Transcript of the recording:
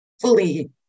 fully